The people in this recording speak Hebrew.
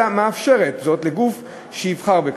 אלא מאפשרת זאת לגוף שיבחר בכך,